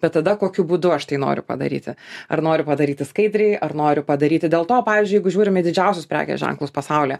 bet tada kokiu būdu aš tai noriu padaryti ar noriu padaryti skaidriai ar noriu padaryti dėl to pavyzdžiui jeigu žiūrim į didžiausius prekės ženklus pasaulyje